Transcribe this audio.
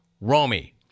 Romy